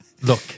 look